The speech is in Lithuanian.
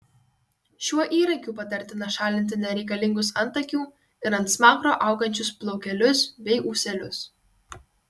šiuo įrankiu patartina šalinti nereikalingus antakių ir ant smakro augančius plaukelius bei ūselius